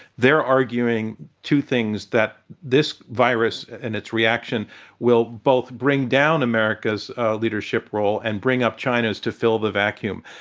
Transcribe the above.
they're arguing two things, that this virus and its reaction will both bring down america's leadership role and bring up china's to fill the vacuum.